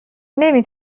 نمی